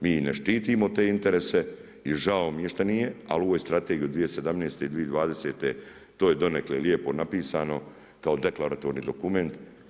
Mi ne štitimo te interese i žao mi je šta nije, ali u ovoj strategiji od 2017. i 2020. to je donekle lijepo napisano kao deklaratorni dokument.